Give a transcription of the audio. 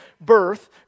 birth